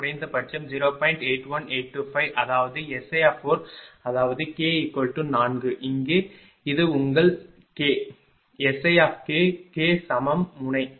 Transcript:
81825 அதாவது SI அதாவது k 4 இங்கே அது உங்கள் k SI k சமம் முனை 4